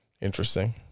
interesting